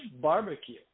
barbecue